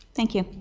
thank you?